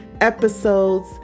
episodes